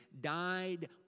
Died